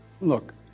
Look